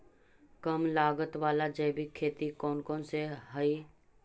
कम लागत वाला जैविक खेती कौन कौन से हईय्य?